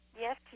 Yes